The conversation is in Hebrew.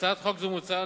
בהצעת חוק זו מוצע,